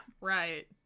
Right